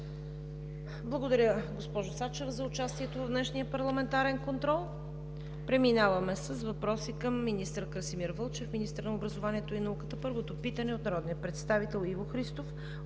Благодаря, госпожо Сачева, за участието в днешния парламентарен контрол. Преминаваме с въпроси към министър Красимир Вълчев – министър на образованието и науката. Първото питане е от народния представител Иво Христов